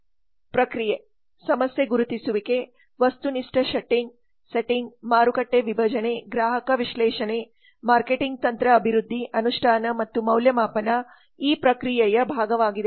ಪ್ರಕ್ರಿಯೆ ಸಮಸ್ಯೆ ಗುರುತಿಸುವಿಕೆ ವಸ್ತುನಿಷ್ಠ ಸೆಟ್ಟಿಂಗ್ ಮಾರುಕಟ್ಟೆ ವಿಭಜನೆ ಗ್ರಾಹಕ ವಿಶ್ಲೇಷಣೆ ಮಾರ್ಕೆಟಿಂಗ್ ತಂತ್ರ ಅಭಿವೃದ್ಧಿ ಅನುಷ್ಠಾನ ಮತ್ತು ಮೌಲ್ಯಮಾಪನ ಈ ಪ್ರಕ್ರಿಯೆಯ ಭಾಗವಾಗಿದೆ